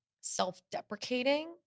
self-deprecating